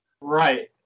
right